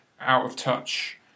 out-of-touch